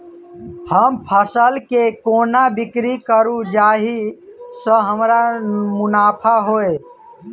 हम फसल केँ कोना बिक्री करू जाहि सँ हमरा मुनाफा होइ?